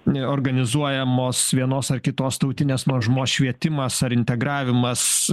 neorganizuojamos vienos ar kitos tautinės mažumos švietimas ar integravimas